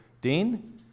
Dean